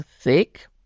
thick